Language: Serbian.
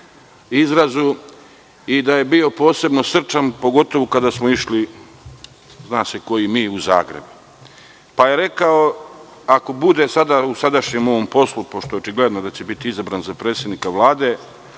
izrazu, i da je bio posebno srčan, pogotovo kada smo išli, zna se koji mi, u Zagreb. Rekao je - ako u sadašnjem poslu, pošto je očigledno da će biti izabran za predsednika Vlade,